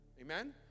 Amen